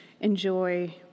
enjoy